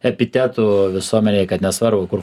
epitetų visuomenėj kad nesvarbu kur